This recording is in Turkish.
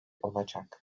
olacak